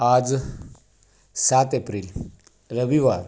आज सात एप्रिल रविवार